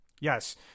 Yes